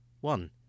One